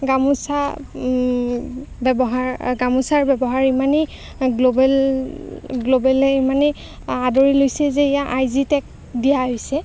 গামোছা ব্যৱহাৰ আ গামোছাৰ ব্যৱহাৰ ইমানেই গ্ল'বেল গ্ল'বেলে ইমানেই আদৰি লৈছে যে ইয়াক আই জি টেগ দিয়া হৈছে